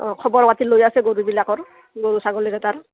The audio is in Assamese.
অঁ খবৰ পাতি লৈ আছে গৰুবিলাকৰ গৰু ছাগলীকেইটাৰ